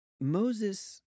Moses